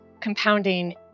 compounding